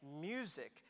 music